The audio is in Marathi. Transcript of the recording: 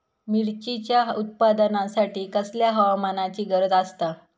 मिरचीच्या उत्पादनासाठी कसल्या हवामानाची गरज आसता?